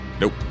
Nope